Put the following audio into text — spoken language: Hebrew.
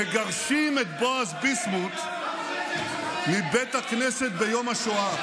מגרשים את בועז ביסמוט מבית הכנסת ביום השואה.